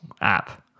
app